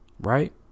right